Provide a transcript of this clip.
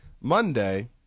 Monday